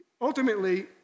Ultimately